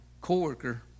co-worker